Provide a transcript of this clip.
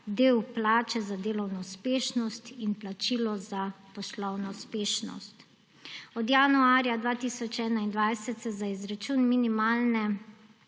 del plače za delovno uspešnost in plačilo za poslovno uspešnost. Od januarja 2021 se za izračun minimalne